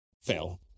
fail